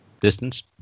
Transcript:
distance